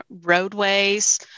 roadways